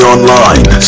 Online